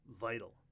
vital